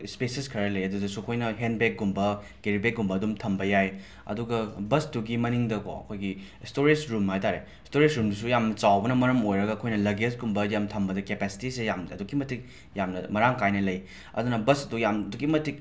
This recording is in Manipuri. ꯁ꯭ꯄꯦꯁꯤꯁ ꯈꯔ ꯂꯩꯌꯦ ꯑꯗꯨꯗꯁꯨ ꯑꯩꯈꯣꯏꯅ ꯍꯦꯟꯕꯦꯛꯀꯨꯝꯕ ꯀꯦꯔꯤꯕꯦꯛꯀꯨꯝꯕ ꯑꯗꯨꯝ ꯊꯝꯕ ꯌꯥꯏ ꯑꯗꯨꯒ ꯕꯁꯇꯨꯒꯤ ꯃꯅꯤꯡꯗꯀꯣ ꯑꯩꯈꯣꯏꯒꯤ ꯁ꯭ꯇꯣꯔꯦꯁ ꯔꯨꯝ ꯍꯥꯏ ꯇꯥꯔꯦ ꯁ꯭ꯇꯣꯔꯦꯁ ꯔꯨꯝꯗꯨꯁꯨ ꯌꯥꯝꯅ ꯆꯥꯎꯕꯅ ꯃꯔꯝ ꯑꯣꯏꯔꯒ ꯑꯩꯈꯣꯏꯅ ꯂꯒꯦꯁꯀꯨꯝꯕ ꯌꯥꯝꯅ ꯊꯝꯕꯗ ꯀꯦꯄꯦꯁꯤꯇꯤꯁꯦ ꯌꯥꯝꯅ ꯑꯗꯨꯛꯀꯤ ꯃꯇꯤꯛ ꯌꯥꯝꯅ ꯃꯔꯥꯡ ꯀꯥꯏꯅ ꯂꯩ ꯑꯗꯨꯅ ꯕꯁꯇꯣ ꯌꯥꯝꯅ ꯑꯗꯨꯛꯀꯤ ꯃꯇꯤꯛ